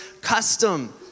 custom